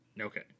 Okay